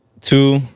two